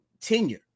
tenure